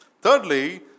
Thirdly